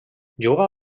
juga